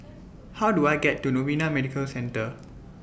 How Do I get to Novena Medical Centre